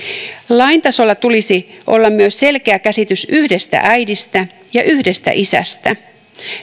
lain tasolla tulisi olla myös selkeä käsitys yhdestä äidistä ja yhdestä isästä